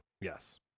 yes